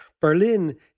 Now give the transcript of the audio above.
Berlin